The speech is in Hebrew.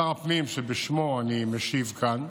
שר הפנים, שבשמו אני משיב כאן,